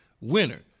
winner